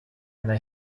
einer